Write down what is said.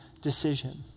decision